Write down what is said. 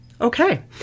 Okay